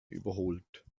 überholt